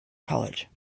college